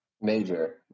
Major